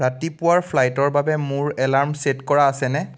ৰাতিপুৱাৰ ফ্লাইটৰ বাবে মোৰ এলাৰ্ম চেট কৰা আছেনে